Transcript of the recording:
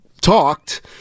talked